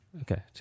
Okay